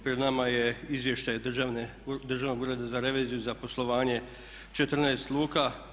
Pred nama je izvještaj Državnog ureda za reviziju za poslovanje 14 luka.